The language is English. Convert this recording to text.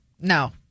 No